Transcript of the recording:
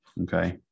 okay